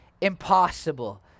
impossible